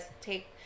take